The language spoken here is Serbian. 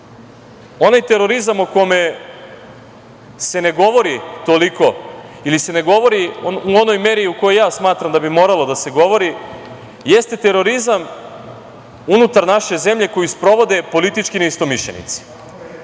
onaj terorizam o kome se ne govori toliko ili se ne govori u onom meri u kojoj smatram da bi moralo da se govori jeste terorizam unutar naše zemlje koju sprovode politički neistomišljenici.